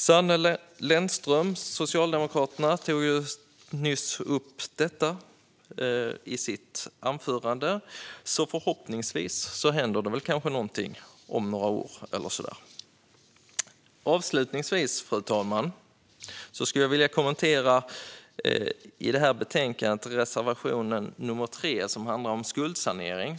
Sanne Lennström från Socialdemokraterna tog nyss upp detta i sitt anförande, så förhoppningsvis händer det kanske någonting - om några år eller så. Avslutningsvis, fru talman, skulle jag vilja kommentera reservation 3 i betänkandet, som handlar om skuldsanering.